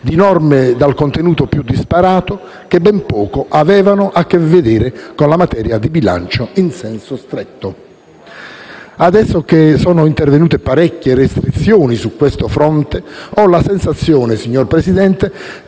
di norme dal contenuto più disparato che ben poco avevano a che vedere con la materia di bilancio in senso stretto. Adesso che sono intervenute parecchie restrizioni su questo fronte, ho la sensazione che il metodo